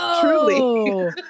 truly